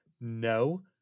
No